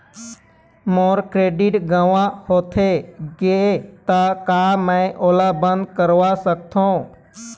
मोर credit गंवा होथे गे ता का मैं ओला बंद करवा सकथों?